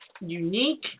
unique